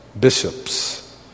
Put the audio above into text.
Bishops